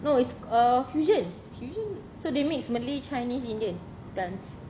no it's uh fusion so they mix malay chinese indian dance